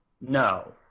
No